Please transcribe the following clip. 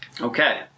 Okay